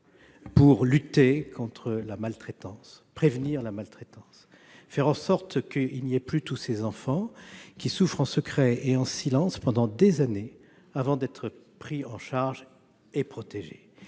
à lutter contre la maltraitance et à la prévenir pour faire en sorte que nous n'ayons plus tous ces enfants qui souffrent en secret et en silence pendant des années avant d'être pris en charge et protégés.